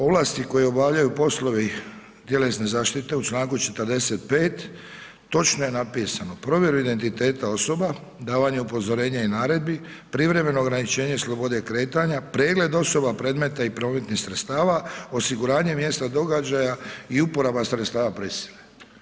Ovlasti koje obavljaju poslovi tjelesne zaštite, u čl. 45, točno je napisano, provjeru identiteta osoba, davanje upozorenja i naredbi, privremeno ograničenje slobode kretanja, pregled osoba i predmeta i prometnih sredstava, osiguranje mjesta događaja i uporaba sredstava prisile.